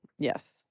Yes